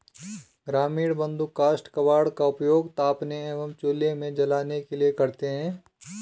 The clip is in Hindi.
ग्रामीण बंधु काष्ठ कबाड़ का उपयोग तापने एवं चूल्हे में जलाने के लिए करते हैं